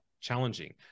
challenging